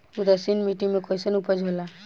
उदासीन मिट्टी में कईसन उपज होला?